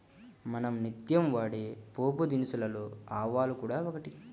మనం నిత్యం వాడే పోపుదినుసులలో ఆవాలు కూడా ఒకటి